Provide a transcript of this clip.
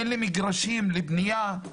אין לי מגרשים לבנייה?